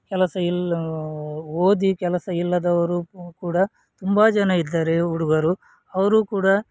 ಕೆಲಸ ಇಲ್ಲ ಓದಿ ಕೆಲಸ ಇಲ್ಲದವರು ಕು ಕೂಡ ತುಂಬ ಜನ ಇದ್ದಾರೆ ಹುಡುಗರು ಅವರೂ ಕೂಡ